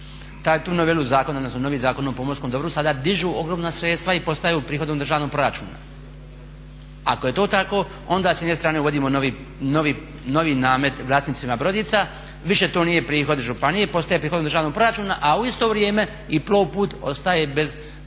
tu novelu zakona, odnosno novi Zakon o pomorskom dobru sada dižu ogromna sredstava i postaju prihodom državnog proračuna. Ako je to tako onda s jedne strane uvodimo novi namet vlasnicima brodica, više to nije prihod županije i postaje prihod državnog proračuna a u isto vrijeme i Plovput ostaje bez prihoda